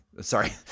Sorry